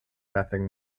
nothing